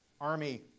Army